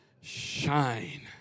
shine